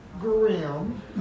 grim